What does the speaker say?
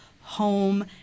home